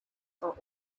are